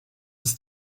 ist